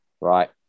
right